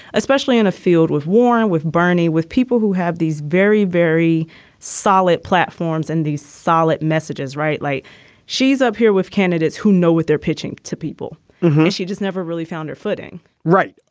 especially in a field with warm with bernie, with people who have these very, very solid platforms and these solid messages, rightly, like she's up here with candidates who know what they're pitching to people. and she just never really found her footing right.